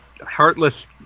heartless